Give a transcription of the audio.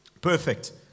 Perfect